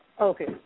Okay